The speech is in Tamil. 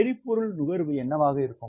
எரிபொருள் நுகர்வு என்னவாக இருக்கும்